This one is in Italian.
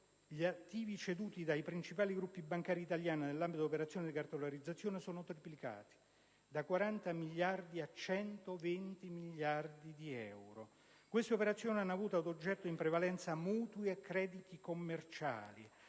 gli attivi ceduti dai principali gruppi bancari italiani nell'ambito di operazioni di cartolarizzazione sono triplicati, da 40 a 120 miliardi di euro. Queste operazioni hanno avuto ad oggetto in prevalenza mutui e crediti commerciali.